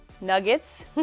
nuggets